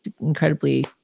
incredibly